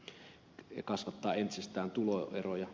se kasvattaa entisestään tuloeroja